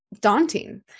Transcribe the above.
daunting